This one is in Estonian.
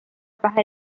pähe